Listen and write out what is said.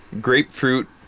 Grapefruit